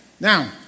Now